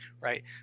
Right